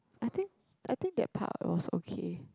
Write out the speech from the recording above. I think I think that part was also okay